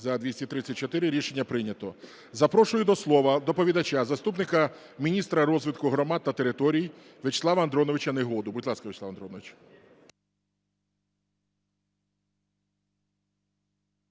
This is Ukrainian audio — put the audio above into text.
За-234 Рішення прийнято. Запрошую до слова доповідача заступника міністра розвитку громад та територій В'ячеслава Андроновича Негоду. Будь ласка, В'ячеслав Андронович.